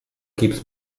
keeps